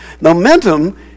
Momentum